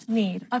need